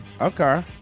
Okay